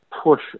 push